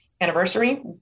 anniversary